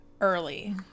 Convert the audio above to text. early